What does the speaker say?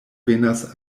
venas